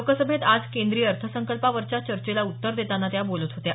लोकसभेत आज केंद्रीय अर्थसंकल्पावरच्या चर्चेला उत्तर देताना त्या बोलत होत्या